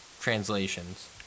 translations